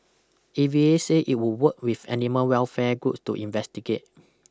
A V A said it would work with animal welfare groups to investigate